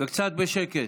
קצת בשקט.